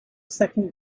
second